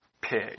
Pig